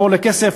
לא עולה כסף,